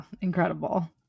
Incredible